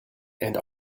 and